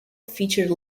featured